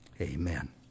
amen